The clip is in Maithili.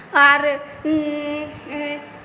आओर